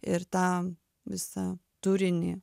ir tą visą turinį